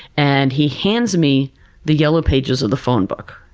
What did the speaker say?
and he hands me the yellow pages of the phonebook.